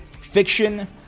Fiction